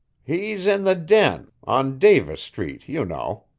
he's in the den on davis street, you know.